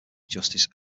justice